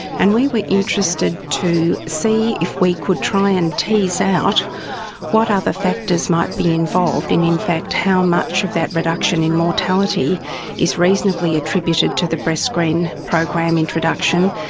and we were interested to see if we could try and tease out what other factors might be involved and in fact how much of that reduction in mortality is reasonably attributed to the breastscreen program introduction,